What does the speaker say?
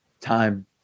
time